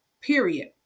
period